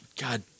God